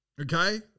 Okay